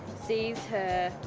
sees her.